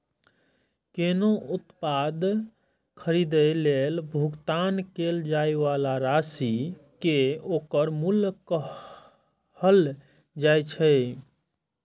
कोनो उत्पाद खरीदै लेल भुगतान कैल जाइ बला राशि कें ओकर मूल्य कहल जाइ छै